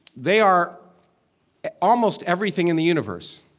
they are almost everything in the universe.